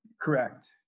Correct